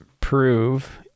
Prove